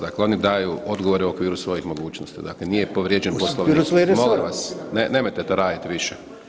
Dakle oni daju odgovore u okviru svojih mogućnosti, dakle nije povrijeđen Poslovnik [[Upadica: U okviru svojih resora.]] molim vas nemojte to raditi više.